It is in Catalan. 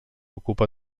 ocupa